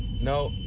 no,